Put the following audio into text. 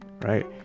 right